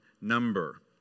number